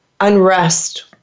unrest